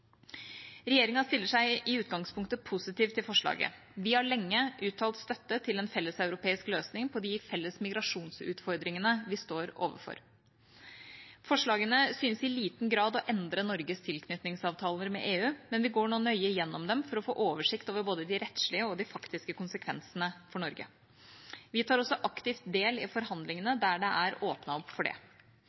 Regjeringa stiller seg i utgangspunktet positiv til forslaget. Vi har lenge uttalt støtte til en felleseuropeisk løsning på de felles migrasjonsutfordringene vi står overfor. Forslagene synes i liten grad å endre Norges tilknytningsavtaler med EU, men vi går nå nøye gjennom dem for å få oversikt over både de rettslige og de faktiske konsekvensene for Norge. Vi tar også aktivt del i forhandlingene der det er åpnet opp for det.